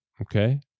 okay